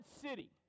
city